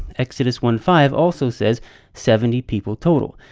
exodus one five also says seventy people total.